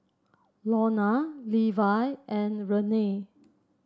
Lorna Levi and Renae